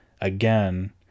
again